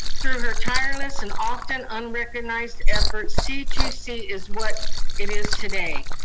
through her tireless and often unrecognized efforts, c two c is what it is today.